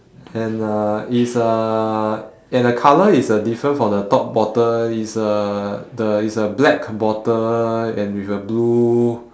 and uh it's uh and the colour is a different from the top bottle it's a the it's a black bottle and with a blue